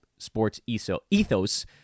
SportsEthos